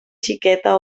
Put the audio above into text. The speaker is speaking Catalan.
xiqueta